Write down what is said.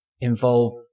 involve